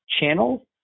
channels